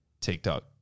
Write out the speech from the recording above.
TikTok